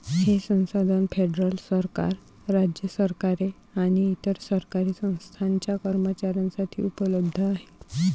हे संसाधन फेडरल सरकार, राज्य सरकारे आणि इतर सरकारी संस्थांच्या कर्मचाऱ्यांसाठी उपलब्ध आहे